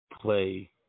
play